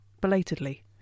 belatedly